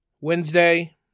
Wednesday